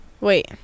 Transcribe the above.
Wait